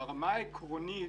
ברמה העקרונית,